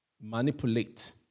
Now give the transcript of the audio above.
manipulate